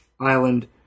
Island